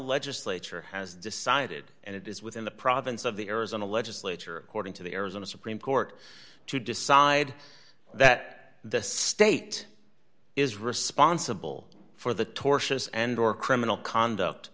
legislature has decided and it is within the province of the arizona legislature according to the arizona supreme court to decide that the state is responsible for the tortious and or criminal conduct